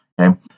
Okay